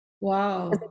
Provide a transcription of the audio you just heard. wow